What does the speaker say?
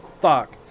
fuck